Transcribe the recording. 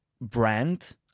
brand